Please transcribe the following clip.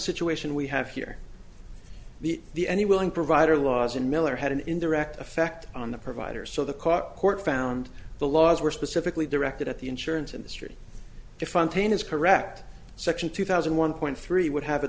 situation we have here the the any willing provider laws in miller had an indirect effect on the providers so the caught court found the laws were specifically directed at the insurance industry to fund pain is correct section two thousand one point three would have a